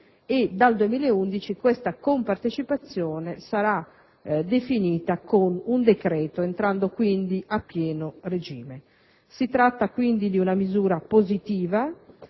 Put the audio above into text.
dal 2011 tale compartecipazione sarà definita con un decreto, entrando quindi a pieno regime. Si tratta di una misura positiva,